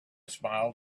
smiled